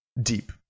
deep